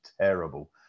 terrible